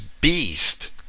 Beast